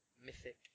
mythic